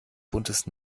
buntes